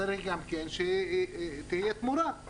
צריך גם שתהיה תמורה.